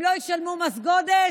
הם לא ישלמו מס גודש,